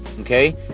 Okay